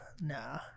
Nah